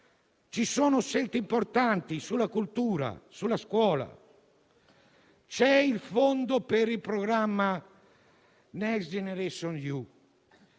Ci sono scelte importanti sulla cultura e sulla scuola. C'è il fondo per il programma Next generation EU,